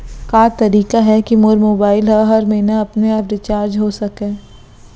का तरीका हे कि मोर मोबाइल ह हर महीना अपने आप रिचार्ज हो सकय?